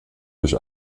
durch